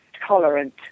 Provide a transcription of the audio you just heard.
tolerant